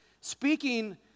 speaking